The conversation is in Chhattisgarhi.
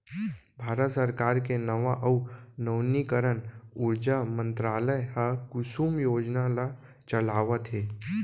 भारत सरकार के नवा अउ नवीनीकरन उरजा मंतरालय ह कुसुम योजना ल चलावत हे